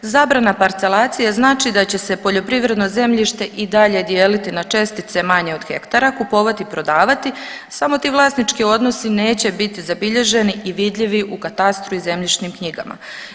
Zabrana parcelacije znači da će se poljoprivredno zemljište i dalje dijeliti na čestice manje od hektara, kupovati i prodavati, samo ti vlasnički odnosi neće biti zabilježeni i vidljivi u katastru i zemljišnim knjigama.